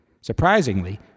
Surprisingly